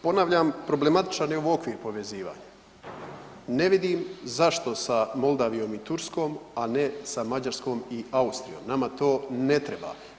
Ponavljam problematičan je ovo okvir povezivanja, ne vidim zašto sa Moldavijom i Turskom, a ne sa Mađarskom i Austrijom, nama to ne treba.